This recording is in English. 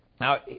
Now